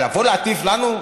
אבל לבוא להטיף לנו?